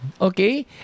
okay